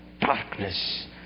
darkness